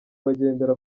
bagendera